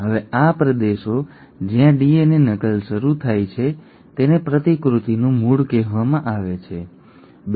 હવે આ પ્રદેશો જ્યાં ડીએનએ નકલ શરૂ થાય છે તેને પ્રતિકૃતિનું મૂળ કહેવામાં આવે છે ઠીક છે